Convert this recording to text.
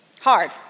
hard